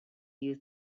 use